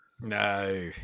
No